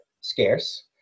scarce